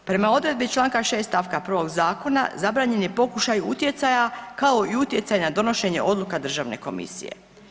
Prema odredbi članka 6. stavka 1. Zakona zabranjen je pokušaj utjecaja kao i utjecaj na donošenje odluka državne komisije.